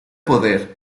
poder